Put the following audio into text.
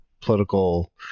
political